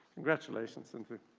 congratulations, sinthu.